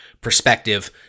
perspective